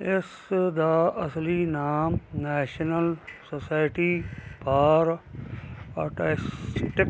ਇਸ ਦਾ ਅਸਲੀ ਨਾਮ ਨੈਸ਼ਨਲ ਸੋਸਾਇਟੀ ਫਾਰ ਔਟਿਸਟਿਕ